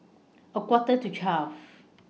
A Quarter to twelve